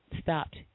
stopped